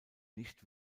nicht